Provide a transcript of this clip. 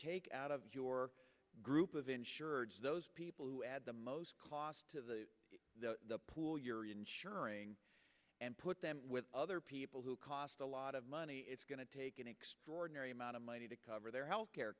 take out of your group of insureds those people who add the most cost to the pool you're insuring and put them with other people who cost a lot of money it's going to take an extraordinary amount of money to cover their health care